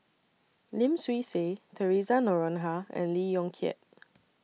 Lim Swee Say Theresa Noronha and Lee Yong Kiat